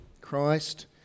Christ